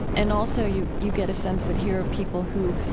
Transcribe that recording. and also you you get a sense that here are people who